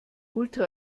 ultra